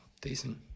decent